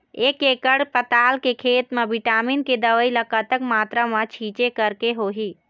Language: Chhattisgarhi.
एक एकड़ पताल के खेत मा विटामिन के दवई ला कतक मात्रा मा छीचें करके होही?